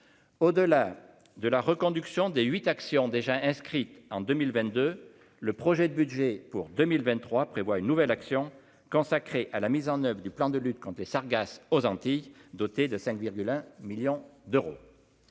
au delà de la reconduction dès 8 actions déjà inscrite en 2022, le projet de budget pour 2023 prévoit une nouvelle action consacrée à la mise en oeuvre du plan de lutte contre les Sargasses aux Antilles, doté de 5,1 millions d'euros,